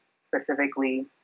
specifically